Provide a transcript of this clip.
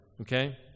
Okay